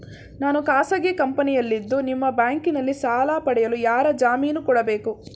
ನಾನು ಖಾಸಗಿ ಕಂಪನಿಯಲ್ಲಿದ್ದು ನಿಮ್ಮ ಬ್ಯಾಂಕಿನಲ್ಲಿ ಸಾಲ ಪಡೆಯಲು ಯಾರ ಜಾಮೀನು ಕೊಡಬೇಕು?